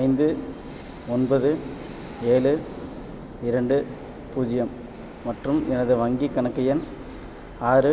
ஐந்து ஒன்பது ஏழு இரண்டு பூஜ்ஜியம் மற்றும் எனது வங்கிக் கணக்கு எண் ஆறு